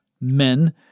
men